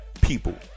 people